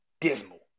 dismal